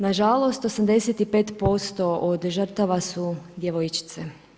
Nažalost 85% od žrtava su djevojčice.